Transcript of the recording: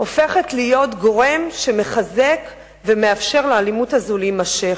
הופכת להיות גורם שמחזק אלימות זו ומאפשר לה להימשך.